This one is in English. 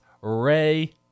Ray